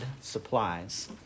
supplies